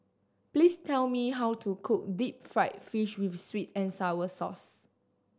please tell me how to cook deep fried fish with sweet and sour sauce